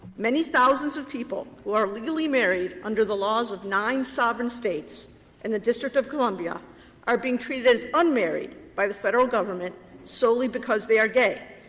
many thousands of people who are legally married under the laws of nine sovereign states and the district of columbia are being treated as unmarried by the federal government solely because they are gay.